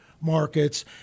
markets